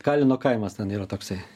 kalino kaimas ten yra toksai